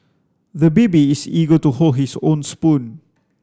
the baby is eager to hold his own spoon